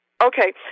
Okay